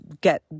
get